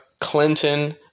Clinton